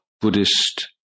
Buddhist